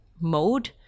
mode